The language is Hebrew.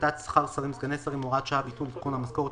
"החלטת שכר שרים וסגני שרים (הוראת שעה ביטול עדכון המשכורת),